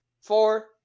four